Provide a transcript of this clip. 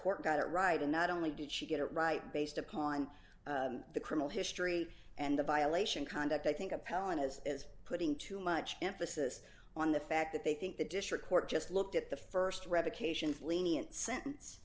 court got it right and not only did she get it right based upon the criminal history and the violation conduct i think appellant has is putting too much emphasis on the fact that they think the district court just looked at the st revocations lenient sentence